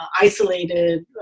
isolated